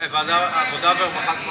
מחפש פתרון.